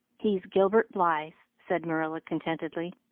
he's gilbert blythe, said marilla contentedly.